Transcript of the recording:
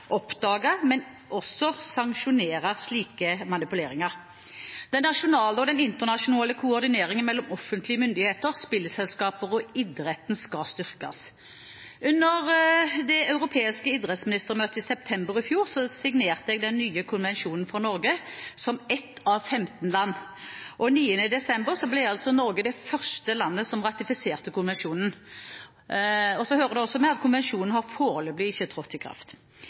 men også sanksjonere slik manipulering. Den nasjonale og internasjonale koordineringen mellom offentlige myndigheter, spillselskaper og idretten skal styrkes. Under det europeiske idrettsministermøtet i september i fjor signerte jeg den nye konvensjonen for Norge som ett av 15 land. Og 9. desember ble Norge det første landet som ratifiserte konvensjonen. Så hører det også med at konvensjonen foreløpig ikke har trådt i kraft.